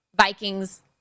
Vikings